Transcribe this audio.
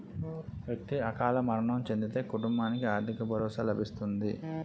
వ్యక్తి అకాల మరణం చెందితే కుటుంబానికి ఆర్థిక భరోసా లభిస్తుంది